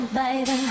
baby